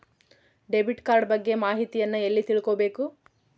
Debit card ಬಗ್ಗೆ ಮಾಹಿತಿಯನ್ನ ಎಲ್ಲಿ ತಿಳ್ಕೊಬೇಕು?